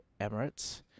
emirates